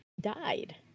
died